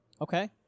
Okay